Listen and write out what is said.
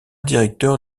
directeur